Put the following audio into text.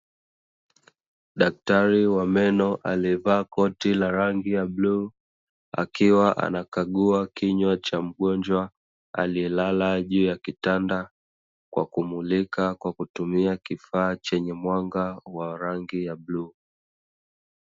Daktari wa meno aliyevaa koti la rangi ya bluu, akiwa anakagua kinywa cha mgonjwa aliyelala juu ya kitanda kwa kumulika kwa kutumia kifaa chenye mwanga wa rangi ya bluu.